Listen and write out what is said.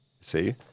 See